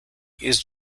east